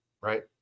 right